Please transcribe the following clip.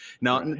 Now